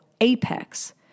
apex